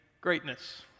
Greatness